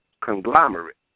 conglomerate